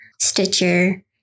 Stitcher